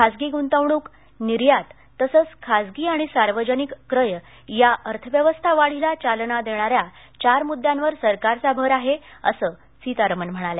खासगी गुंतवणूक निर्यात तसंच खाजगी आणि सार्वजनिक क्रय या अर्थव्यवस्था वाढीला चालना देणाऱ्या चार मुद्यांवर सरकारचा भर आहे असं सीतारामन म्हणाल्या